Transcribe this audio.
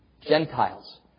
Gentiles